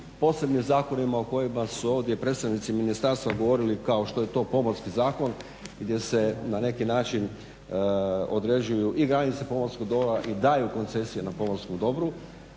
posebnim zakonima o kojima su ovdje predstavnici ministarstva govorili kao što je to pomorski zakon gdje se na neki način određuju i granice pomorskog dobra i daju koncesije na pomorskom dobru,